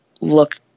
look